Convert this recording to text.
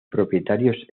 propietarios